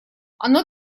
оно